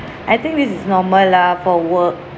I think this is normal lah for work